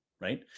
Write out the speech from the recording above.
Right